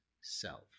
self